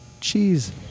cheese